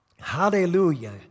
Hallelujah